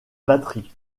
batterie